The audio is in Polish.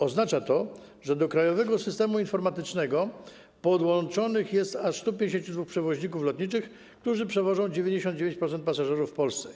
Oznacza to, że do Krajowego Systemu Informatycznego podłączonych jest aż 152 przewoźników lotniczych, którzy przewożą 99% pasażerów w Polsce.